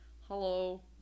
hello